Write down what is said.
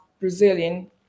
Brazilian